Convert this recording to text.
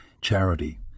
charity